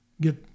get